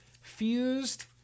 fused